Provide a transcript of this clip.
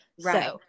Right